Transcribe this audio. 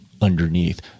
underneath